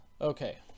Okay